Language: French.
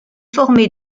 formée